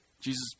Jesus